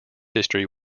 history